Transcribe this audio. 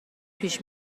پیش